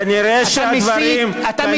כנראה הדברים, אתה מסית.